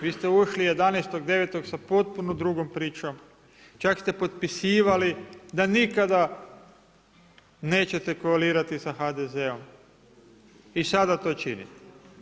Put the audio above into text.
Vi ušli 11.9. sa potpuno drugom pričom, čak ste potpisivali da nikada nećete koalirati sa HDZ-om i sada to činite.